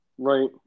Right